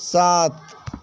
سات